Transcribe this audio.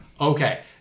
Okay